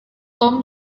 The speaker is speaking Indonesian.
tom